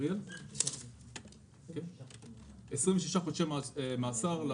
על האובייקט המרכזי הוטלו 26 חודשי מאסר.